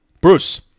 Bruce